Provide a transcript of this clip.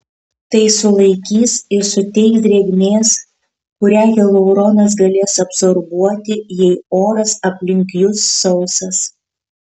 tai sulaikys ir suteiks drėgmės kurią hialuronas galės absorbuoti jei oras aplink jus sausas